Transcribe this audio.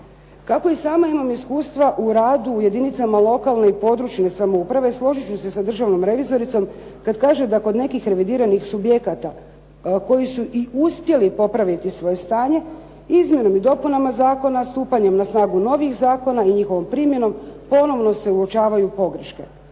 Kako i sama imam iskustva u redu u jedinicama lokalne i područne samouprave složit ću se sa državnom revizoricom kad kaže da kod nekih revidiranih subjekata koji su i uspjeli popraviti svoje stanje izmjenama i dopunama zakona i stupanjem na snagu novih zakona i njihovom primjenom ponovo se uočavaju pogreške.